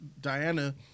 Diana